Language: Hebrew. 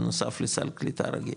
בנוסף לסל קליטה רגיל,